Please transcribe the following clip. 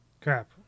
Crap